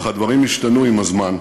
אך הדברים השתנו עם הזמן,